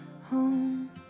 home